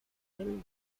del